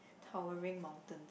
towering mountains